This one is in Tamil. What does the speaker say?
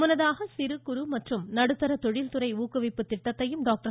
முன்னதாக சிறு குறு மற்றும் நடுத்தர தொழில் துறை ஊக்குவிப்பு திட்டத்தையும் டாக்டர்